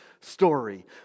story